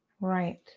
Right